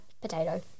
potato